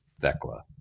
Thecla